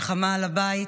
מלחמה על הבית,